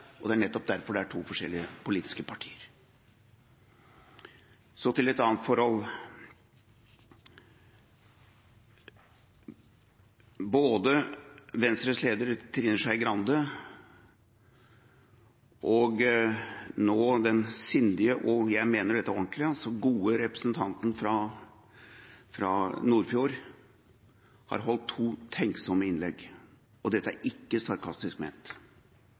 og det er nettopp derfor det er to forskjellige politiske partier. Så til et annet forhold: Både Venstres leder, Trine Skei Grande, og nå den sindige og – jeg mener dette ordentlig – gode representanten fra Nordfjord har holdt to tenksomme innlegg. Og dette er ikke sarkastisk ment